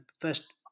first